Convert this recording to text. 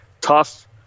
Tough